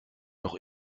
noch